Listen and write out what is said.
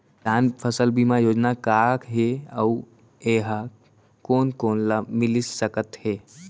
किसान फसल बीमा योजना का हे अऊ ए हा कोन कोन ला मिलिस सकत हे?